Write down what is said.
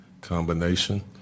combination